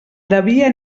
devia